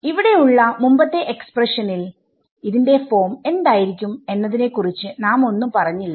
ഇവിടെ ഉള്ള മുമ്പത്തെ എക്സ്പ്രഷനിൽ ന്റെ ഫോം എന്തായിരിക്കും എന്നതിനെ കുറിച്ച് നാം ഒന്നും പറഞ്ഞില്ല